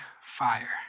fire